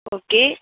okay